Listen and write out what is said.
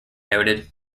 noted